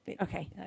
Okay